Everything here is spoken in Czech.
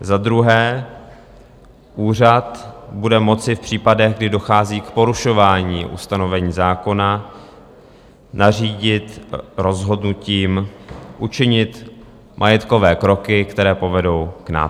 Za druhé, úřad bude moci v případech, kdy dochází k porušování ustanovení zákona, nařídit rozhodnutím učinit majetkové kroky, které povedou k nápravě.